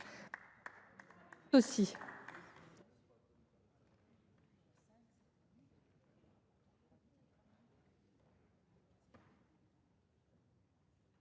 Merci,